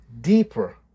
deeper